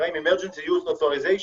נקראים emergency use authorizations